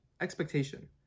expectation